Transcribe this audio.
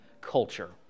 culture